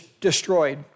destroyed